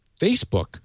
Facebook